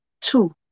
Two